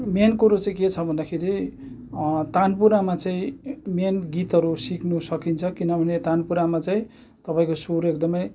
main कुरो चाहिँ के छ भन्दाखेरि तानपुरामा चाहिँ मेन गीतहरू सिक्नु सकिन्छ किनभने तानपुरामा चाहिँ तपाईँको सुर एकदमै